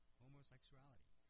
homosexuality